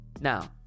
Now